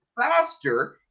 faster